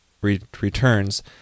returns